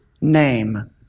name